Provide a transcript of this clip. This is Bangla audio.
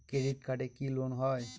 ক্রেডিট কার্ডে কি লোন হয়?